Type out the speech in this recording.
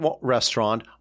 restaurant